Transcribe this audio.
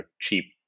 cheap